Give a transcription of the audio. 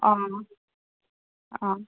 অঁ অঁ